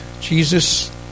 Jesus